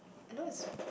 I know is